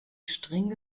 streng